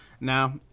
now